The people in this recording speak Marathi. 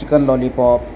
chicken lollipop